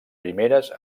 primeres